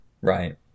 Right